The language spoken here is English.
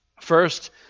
First